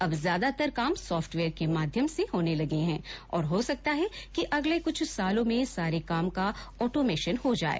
अब ज्यादातर काम सॉफ्टवेयर के माध्यम से होने लगा है और हो सकता है कि अगले कुछ सालों में सारे काम का ओटोमेशन हो जाए